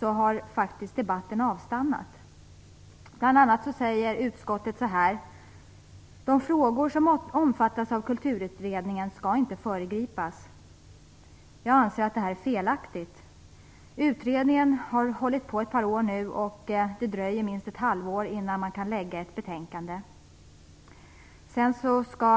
har debatten faktiskt avstannat. Bl.a. säger utskottet: De frågor som omfattas av Kulturutredningen skall inte föregripas. Jag anser att det är felaktigt. Utredningen har nu hållit på i ett par år, och det dröjer minst ett halvår innan ett betänkande kan läggas fram.